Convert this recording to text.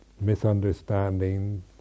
misunderstandings